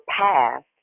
past